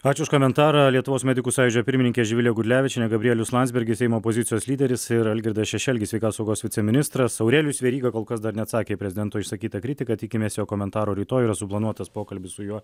ačiū už komentarą lietuvos medikų sąjūdžio pirmininkė živilė gudlevičienė gabrielius landsbergis seimo opozicijos lyderis ir algirdas šešelgis sveikatos saugos viceministras aurelijus veryga kol kas dar neatsakė į prezidento išsakytą kritiką tikimės jo komentaro rytoj yra suplanuotas pokalbis su juo